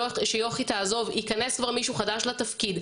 שיוכי תעזוב ייכנס כבר מישהו חדש לתפקיד.